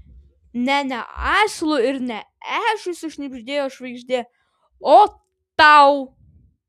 ne ne asilui ir ne ežiui sušnibždėjo žvaigždė o tau